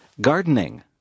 gardening